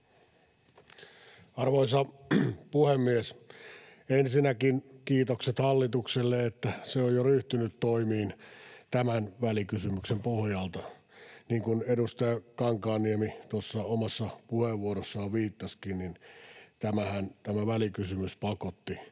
Arvoisa puhemies! Ensinnäkin kiitokset hallitukselle, että se on jo ryhtynyt toimiin tämän välikysymyksen pohjalta, ja niin kuin edustaja Kankaanniemi tuossa omassa puheenvuorossaan viittasikin, tämä välikysymys pakotti